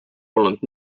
polnud